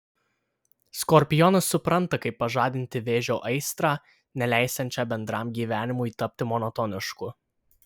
skorpionas supranta kaip pažadinti vėžio aistrą neleisiančią bendram gyvenimui tapti monotonišku